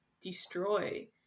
destroy